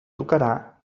tocarà